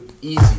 easy